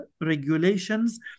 regulations